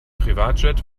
privatjet